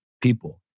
people